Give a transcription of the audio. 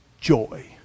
joy